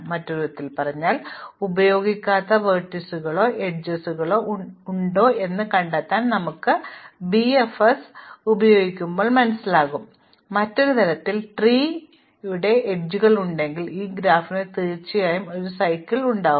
മറ്റൊരു വിധത്തിൽ പറഞ്ഞാൽ ഉപയോഗിക്കാത്ത ചില ലംബങ്ങളോ ചില അരികുകളോ ഉണ്ടെന്ന് ഞങ്ങൾ കണ്ടെത്തിയാൽ ഞങ്ങൾ BFS പ്രവർത്തിപ്പിക്കുമ്പോൾ മറ്റൊരു തരത്തിൽ ട്രീ ഇതര അരികുകളുണ്ടെങ്കിൽ ഈ ഗ്രാഫിന് തീർച്ചയായും ഒരു ചക്രം ഉണ്ടാകും